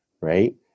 Right